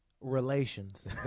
Relations